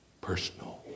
personal